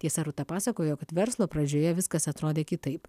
tiesa rūta pasakojo kad verslo pradžioje viskas atrodė kitaip